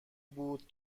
بود